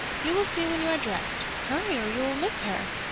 you will see when you are dressed. hurry, or you will miss her.